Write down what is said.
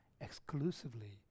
exclusively